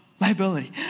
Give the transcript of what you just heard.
liability